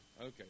Okay